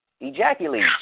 Ejaculate